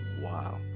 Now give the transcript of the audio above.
wow